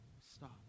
Stop